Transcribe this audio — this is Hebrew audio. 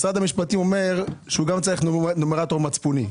משרד המשפטים אומר שגם צריך נומרטור מצפוני.